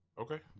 okay